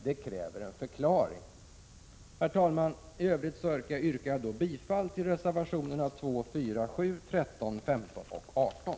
Det kräver en förklaring, Helge Hagberg. Herr talman! I övrigt yrkar jag bifall till reservationerna 2, 4, 7, 13, 15 och 18.